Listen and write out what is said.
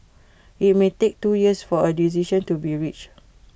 IT may take two years for A decision to be reached